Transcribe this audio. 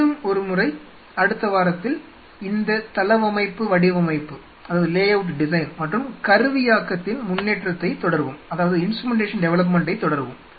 மீண்டும் ஒருமுறை அடுத்த வாரத்தில் இந்த தளவமைப்பு வடிவமைப்பு மற்றும் கருவியாக்கத்தின் முன்னேற்றத்தைத் தொடர்வோம்